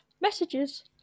messages